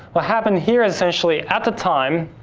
what happened here essentially, at the time,